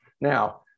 Now